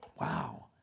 Wow